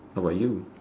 how about you